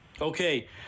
Okay